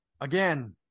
Again